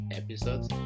episodes